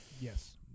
Yes